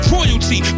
Royalty